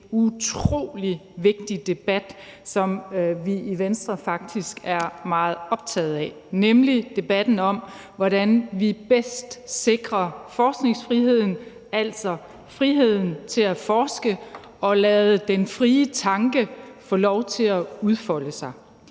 utrolig vigtig debat, som vi i Venstre faktisk er meget optaget af, nemlig debatten om, hvordan vi bedst sikrer forskningsfriheden – altså friheden til at forske og lade den frie tanke få lov til at udfolde sig